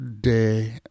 day